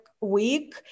week